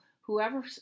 Whoever